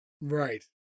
right